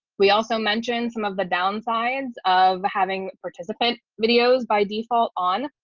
we also mentioned some of the downsides of having participant videos by default on,